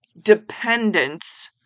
dependence